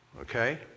Okay